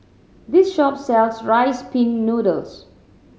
this shop sells Rice Pin Noodles